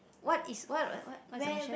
what is what what what what is the question